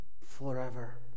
forever